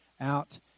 out